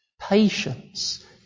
patience